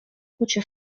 کوچه